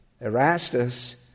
Erastus